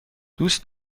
دوست